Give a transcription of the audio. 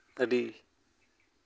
ᱟᱹᱰᱤ